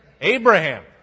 Abraham